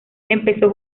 empezó